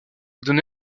donné